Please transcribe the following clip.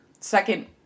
Second